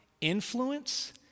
influence